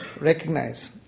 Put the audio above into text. recognize